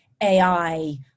AI